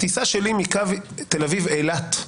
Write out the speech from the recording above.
הטיסה שלי מקו תל אביב אילת,